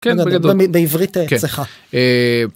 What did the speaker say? כן בגדול בעברית אצלך.